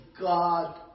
God